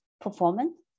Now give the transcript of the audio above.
performance